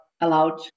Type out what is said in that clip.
allowed